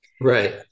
Right